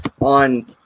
on